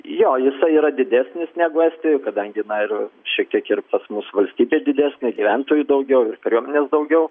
jo jisai yra didesnis negu estijoj kadangi na ir šiek tiek ir pas mus valstybė didesnė gyventojų daugiau ir kariuomenės daugiau